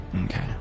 Okay